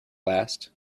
last